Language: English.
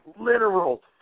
literal